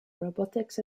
robotics